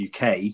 UK